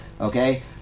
Okay